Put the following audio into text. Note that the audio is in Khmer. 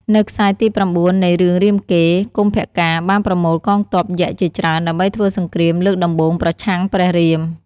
នៅខ្សែទី ៩ នៃរឿងរាមកេរ្តិ៍ កុម្ពការណ៍បានប្រមូលកងទ័ពយក្សជាច្រើន ដើម្បីធ្វើសង្គ្រាមលើកដំបូងប្រឆាំងព្រះរាម។